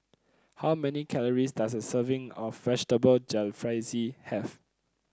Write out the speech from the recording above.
how many calories does a serving of Vegetable Jalfrezi have